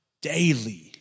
Daily